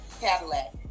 Cadillac